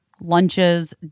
lunches